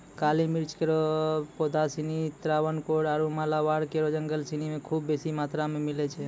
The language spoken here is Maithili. काली मिर्च केरो पौधा सिनी त्रावणकोर आरु मालाबार केरो जंगल सिनी म खूब बेसी मात्रा मे मिलै छै